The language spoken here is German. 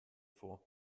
vor